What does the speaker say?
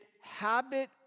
habit